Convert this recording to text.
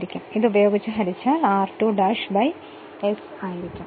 ഇതുപയോഗിച്ച് ഹരിച്ചാൽ അത് r2 ' S ആയിരിക്കും